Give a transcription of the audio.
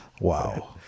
Wow